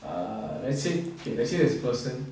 err let's say okay let's say this person